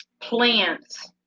plants